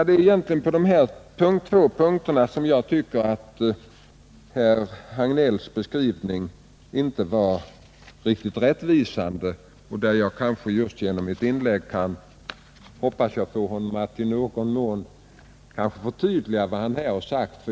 Det var huvudsakligen på dessa två punkter som jag tyckte att herr Hagnells beskrivning inte var riktigt rättvisande, och jag hoppas att jag med detta mitt inlägg har kunnat i någon mån förtydliga vad herr Hagnell sade.